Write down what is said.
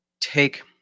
Take